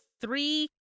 three